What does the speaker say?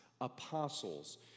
apostles